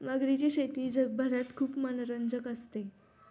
मगरीची शेती जगभरात खूप मनोरंजक असते